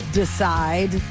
decide